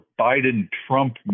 Biden-Trump